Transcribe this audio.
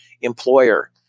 employer